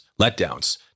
letdowns